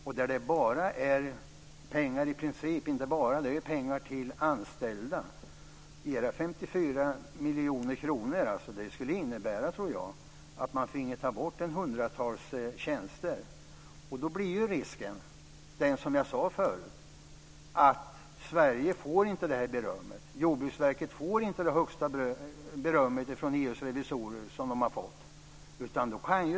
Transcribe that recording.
Det är där inte fråga om allmänna medel utan om pengar till anställda. Jag tror att en neddragning med 54 miljoner kronor skulle innebära att man fick ta bort hundratalet tjänster. Som jag sade tidigare blir det då risk för att Sverige inte längre får högsta beröm från EU:s revisorer, som vi förut har fått.